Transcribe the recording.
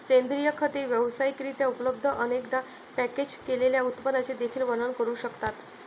सेंद्रिय खते व्यावसायिक रित्या उपलब्ध, अनेकदा पॅकेज केलेल्या उत्पादनांचे देखील वर्णन करू शकतात